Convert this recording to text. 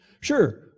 Sure